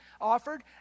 offered